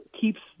keeps